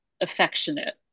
affectionate